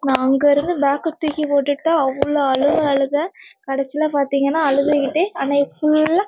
நான் அங்கேருந்து பேக்கை தூக்கி போட்டுட்டு அவ்வளோ அழுகை அழுதேன் கடைசியில் பார்த்திங்கன்னா அழுதுக்கிட்டு அன்றைக்கு ஃபுல்லாக